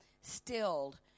stilled